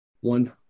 one